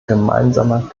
gemeinsamer